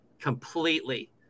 completely